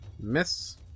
miss